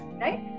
right